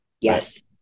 Yes